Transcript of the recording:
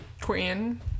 Queen